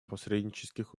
посреднических